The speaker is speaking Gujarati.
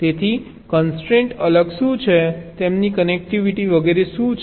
તેથી કોન્સ્ટ્રેન્ટ અલગ શું છે તેમની કનેક્ટિવિટી વગેરે શું છે